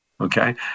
okay